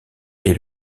est